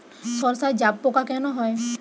সর্ষায় জাবপোকা কেন হয়?